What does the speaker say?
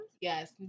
Yes